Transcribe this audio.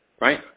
right